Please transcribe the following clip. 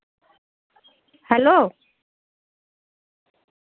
hello